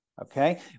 Okay